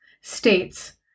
states